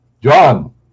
John